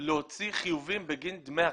להוציא חיובים בגין דמי הקמה.